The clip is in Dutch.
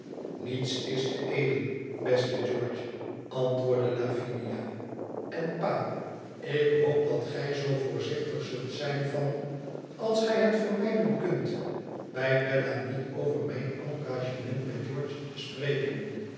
niets is te edel beste geoi'ge antwoordde lavinia en pa ik hoop dat gij zoo voorzichtig zult zijn van als gij het vermijden kunt bij bella niet over mijn engagement met george te spreken